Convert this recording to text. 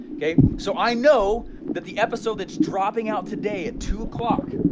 okay. so i know that the episode that's dropping out today at two o'clock,